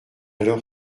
leur